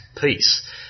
peace